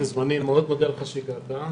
מאוד מודה לך שהגעת,